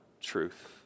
truth